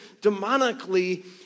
demonically